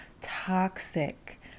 toxic